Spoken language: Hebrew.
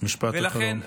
משפט אחרון.